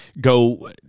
go